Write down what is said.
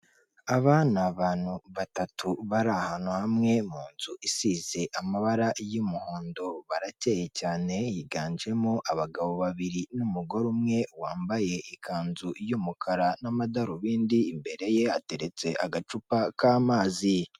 Aba n' abantu batatu bari ahantu hamwe mu nzu isize amabara y'umuhondo barakeye cyane yiganjemo abagabo babiri n'umugore umwe wambaye ikanzu y'umukara n'amadarubindi imbere ye hateretse agacupa k'amazi.